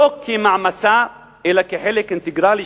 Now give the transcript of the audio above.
לא כמעמסה אלא כחלק אינטגרלי,